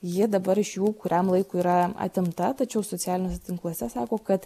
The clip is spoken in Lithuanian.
ji dabar iš jų kuriam laiku yra atimta tačiau socialiniuose tinkluose sako kad